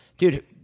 Dude